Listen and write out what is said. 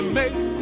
make